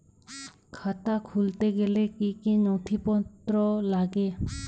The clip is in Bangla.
খাতা খুলতে গেলে কি কি নথিপত্র লাগে?